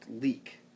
leak